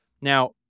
Now